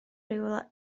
rywle